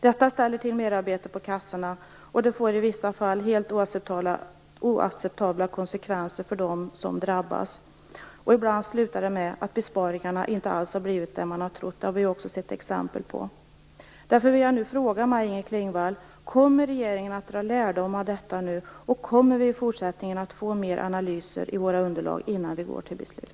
Detta ställer till merarbete på kassorna. Det får i vissa fall helt oacceptab la konsekvenser för dem som drabbas. Ibland slutar det med att det inte alls blir de besparingar som man hade trott. Det har vi också sett exempel på. Kommer regeringen att dra lärdom av detta, och kommer vi i fortsättningen att få mer analyser i våra underlag innan vi går till beslut?